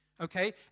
Okay